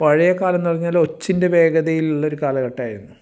പഴയ കാലം എന്ന് പറഞ്ഞാൽ ഒച്ചിൻ്റെ വേഗതയിലുള്ള ഒരു കാലഘട്ടമായിരുന്നു